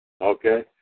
Okay